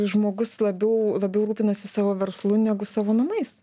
žmogus labiau labiau rūpinasi savo verslu negu savo namais